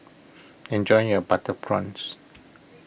enjoy your Butter Prawns